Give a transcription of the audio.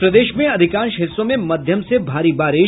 और प्रदेश में अधिकांश हिस्सों में मध्यम से भारी बारिश